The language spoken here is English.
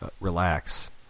relax